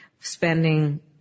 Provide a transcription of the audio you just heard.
spending